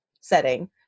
setting